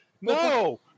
no